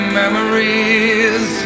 memories